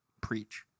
preach